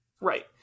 Right